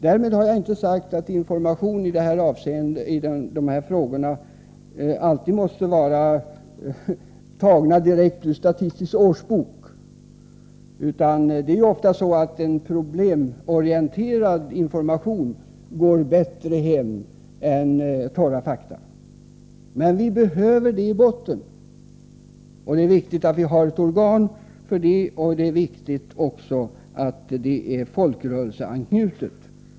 Därmed har vi inte sagt att information i de här frågorna alltid måste vara tagen direkt ur Statistisk årsbok. Det är ju ofta så att en problemorienterad information går bättre hem än torra fakta, men vi behöver fakta i botten. Det är viktigt att vi har ett organ för detta, och det är också viktigt att det är folkrörelseanknutet.